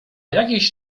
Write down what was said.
jakiejś